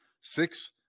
six